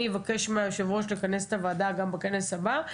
אני אבקש מהיושב-ראש לכנס את הוועדה גם בכנס הבא.